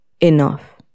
enough